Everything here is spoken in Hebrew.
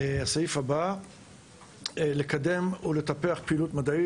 התפקיד הבא זה לקדם ולטפח פעילות מדעית.